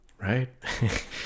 right